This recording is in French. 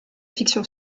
fiction